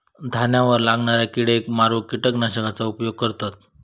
धान्यावर लागणाऱ्या किडेक मारूक किटकनाशकांचा उपयोग करतत